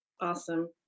Awesome